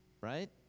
right